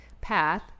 path